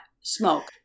smoke